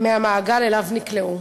מהמעגל שאליו נקלעו.